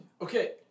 Okay